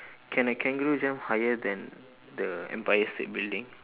can a kangaroo jump higher than the empire state building